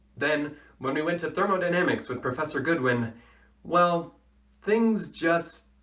then when we went to thermodynamics with professor goodwin well things just